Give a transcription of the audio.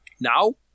Now